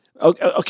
Okay